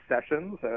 Sessions